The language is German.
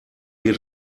wir